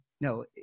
no